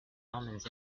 omens